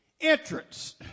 entrance